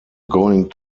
going